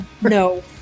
No